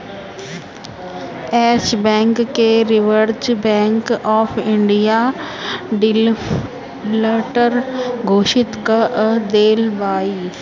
एश bank के reserve bank of India defaulter घोषित कअ देले बिया